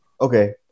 Okay